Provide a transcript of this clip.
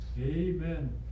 Amen